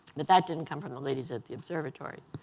that that didn't come from the ladies at the observatory.